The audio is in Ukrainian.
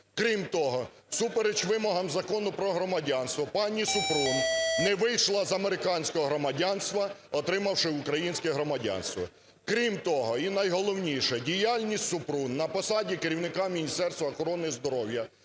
Крім того, всупереч вимогам Закону "Про громадянство" пані Супрун не вийшла з американського громадянства, отримавши українське громадянство. Крім того, і найголовніше – діяльність Супрун на посаді керівника Міністерства охорони здоров'я